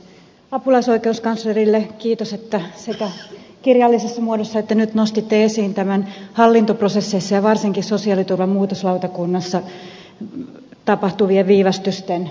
apulaisoikeuskanslerille kiitos että sekä kirjallisessa muodossa että nyt nostitte esiin tämän hallintoprosesseissa ja varsinkin sosiaaliturvan muutoksenhakulautakunnassa tapahtuvien viivästysten hyvittämisasian